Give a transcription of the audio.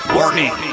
Warning